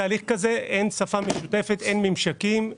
תהליך כזה; אין שפה משותפת; אין ממשקים;